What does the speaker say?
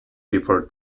before